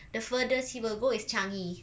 the furthest he will go is changi